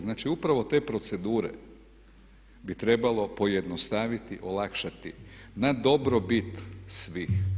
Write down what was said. Znači upravo te procedure bi trebalo pojednostaviti, olakšati na dobrobit svih.